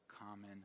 common